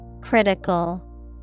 Critical